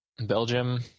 Belgium